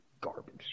garbage